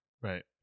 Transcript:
Right